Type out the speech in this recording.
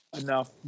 enough